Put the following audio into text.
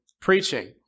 preaching